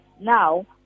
now